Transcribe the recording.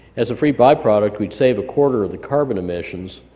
as a free byproduct we'd save a quarter of the carbon emissions,